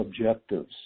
objectives